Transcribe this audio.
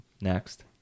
next